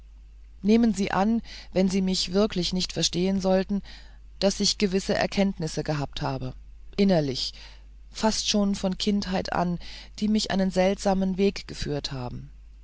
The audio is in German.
nehmen sie an wenn sie mich wirklich nicht verstehen sollten daß ich gewisse erkenntnisse gehabt habe innerlich fast schon von kindheit an die mich einen seltsamen weg geführt haben